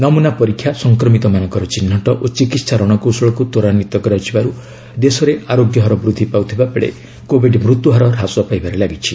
ନମ୍ରନା ପରୀକ୍ଷା ସଂକ୍ରମିତମାନଙ୍କର ଚିହ୍ରଟ ଓ ଚିକିତ୍ସା ରଣକୌଶଳକୁ ତ୍ୱରାନ୍ୱିତ କରାଯିବାର୍ ଦେଶରେ ଆରୋଗ୍ୟ ହାର ବୃଦ୍ଧି ପାଉଥିବା ବେଳେ କୋବିଡ୍ ମୃତ୍ୟହାର ହ୍ରାସ ପାଇବାରେ ଲାଗିଛି